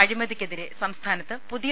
അഴിമതിക്കെതിരെ സംസ്ഥാനിത്ത് പുതിയ